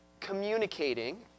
communicating